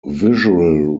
visual